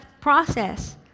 process